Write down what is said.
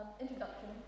Introduction